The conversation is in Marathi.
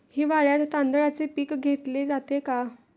हिवाळ्यात तांदळाचे पीक घेतले जाते का?